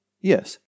Yes